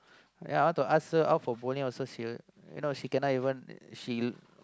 ya I want to ask her out for bowling also she you know she cannot even she